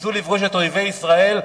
ותיסעו לפגוש את אויבי ישראל,